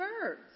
birds